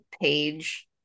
page